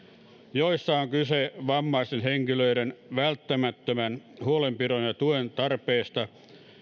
joissa on kyse vammaisten henkilöiden välttämättömän huolenpidon ja ja tuen tarpeesta